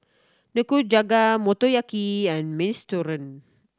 Nikujaga Motoyaki and Minestrone